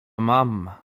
mam